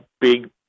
big